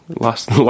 lost